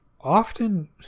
often